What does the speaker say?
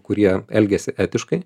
kurie elgiasi etiškai